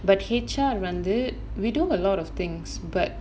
but H_R வந்து:vanthu we do a lot of things but